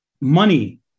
money